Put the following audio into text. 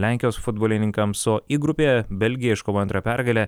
lenkijos futbolininkams o i grupėje belgija iškovojo antrą pergalę